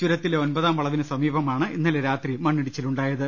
ചുര ത്തിലെ ഒൻപതാം വളവിന് സമീപമാണ് ഇന്നലെ രാത്രി മണ്ണിടിച്ചി ലുണ്ടായത്